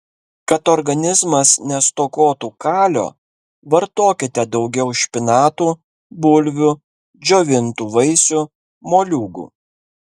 kad organizmas nestokotų kalio vartokite daugiau špinatų bulvių džiovintų vaisių moliūgų